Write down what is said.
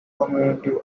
community